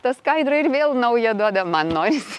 ta skaidra ir vėl naują duoda man norisi